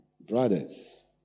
brothers